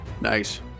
nice